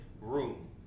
room